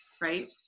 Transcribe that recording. right